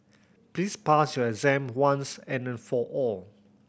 please pass your exam once and for all